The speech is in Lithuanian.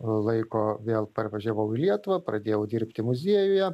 laiko vėl parvažiavau į lietuvą pradėjau dirbti muziejuje